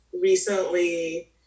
recently